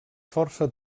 força